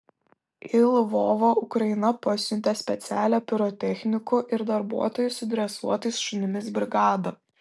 į lvovą ukraina pasiuntė specialią pirotechnikų ir darbuotojų su dresuotais šunimis brigadą